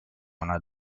una